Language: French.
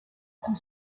prend